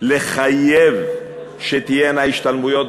בלחייב שתהיינה השתלמויות,